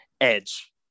Edge